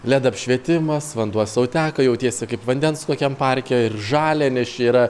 led apšvietimas vanduo sau teka jautiesi kaip vandens kokiam parke ir žalia nes čia yra